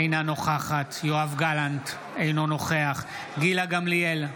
אינה נוכחת יואב גלנט, אינו נוכח גילה גמליאל,